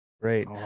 great